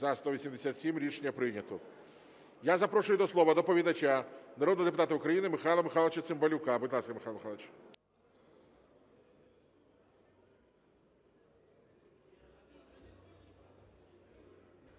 За-187 Рішення прийнято. Я запрошую до слова доповідача – народного депутата України Михайла Михайловича Цимбалюка. Будь ласка, Михайло Михайлович.